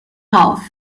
half